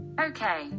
Okay